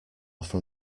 from